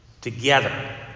together